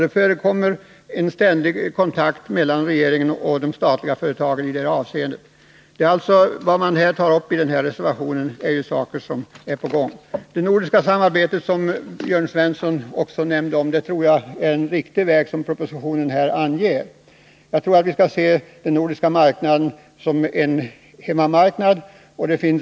Det förekommer en ständig kontakt mellan regeringen och de statliga företagen i det avseendet. Vad man tar uppi reservationen är alltså saker som är i gång. I fråga om det nordiska samarbetet, som Jörn Svensson också omnämnde, tror jag att det är en riktig väg som propositionen anger. Jag tror att vi skall se den nordiska marknaden som en hemmamarknad.